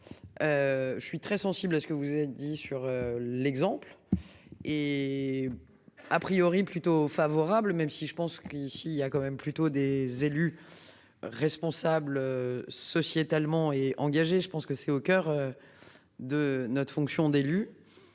Je suis très sensible à ce que vous avez dit sur l'exemple. Et a priori plutôt favorable même si je pense qu'ici il y a quand même plutôt des élus. Responsables. Ceci est allemand et engagé. Je pense que c'est au coeur. De notre fonction d'élu.